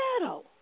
battle